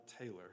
Taylor